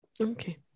okay